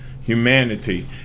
humanity